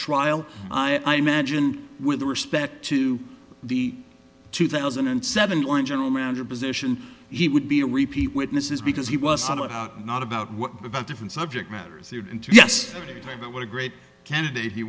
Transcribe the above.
trial i magine with respect to the two thousand and seven or in general manager position he would be a repeat witness is because he was not about what about different subject matters into yes but what a great candidate he